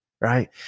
right